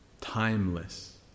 timeless